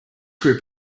group